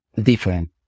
different